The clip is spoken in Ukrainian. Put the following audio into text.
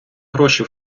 гроші